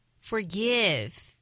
Forgive